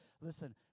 Listen